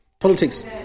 Politics